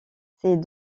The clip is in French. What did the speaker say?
ces